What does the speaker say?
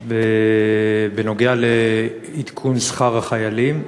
בנוגע לעדכון שכר החיילים.